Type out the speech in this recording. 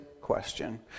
question